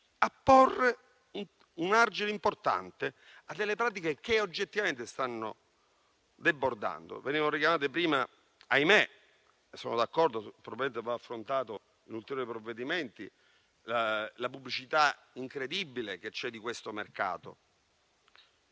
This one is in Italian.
a porre un argine importante a delle pratiche che oggettivamente stanno debordando. Veniva richiamata prima - e sono d'accordo che andrà affrontata in ulteriori provvedimenti - la pubblicità incredibile che c'è di questo mercato.